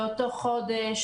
באותו חודש,